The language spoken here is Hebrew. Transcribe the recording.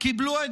קיבלו את